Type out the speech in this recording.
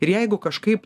ir jeigu kažkaip